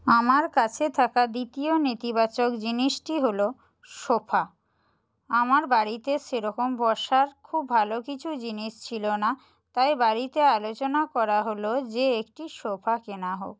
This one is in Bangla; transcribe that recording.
আমার কাছে থাকা দ্বিতীয় নেতিবাচক জিনিসটি হলো সোফা আমার বাড়িতে সেরকম বসার খুব ভালো কিছু জিনিস ছিলো না তাই বাড়িতে আলোচনা করা হলো যে একটি সোফা কেনা হোক